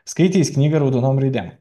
skaitys knygą raudonom raidėm